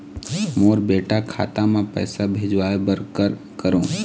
मोर बेटा खाता मा पैसा भेजवाए बर कर करों?